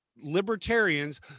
Libertarians